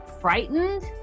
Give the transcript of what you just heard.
frightened